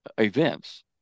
events